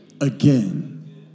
again